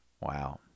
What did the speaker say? Wow